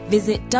Visit